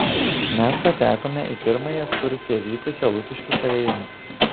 mes patekome į pirmąją ekskursiją vykusią lukiškių kalėjime